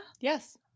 Yes